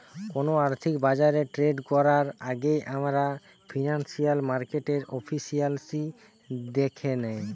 কোনো আর্থিক বাজারে ট্রেড করার আগেই আমরা ফিনান্সিয়াল মার্কেটের এফিসিয়েন্সি দ্যাখে নেয়